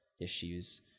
issues